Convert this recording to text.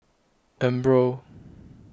Umbro